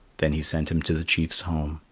then he sent him to the chief's home.